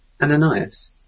Ananias